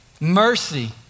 Mercy